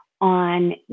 on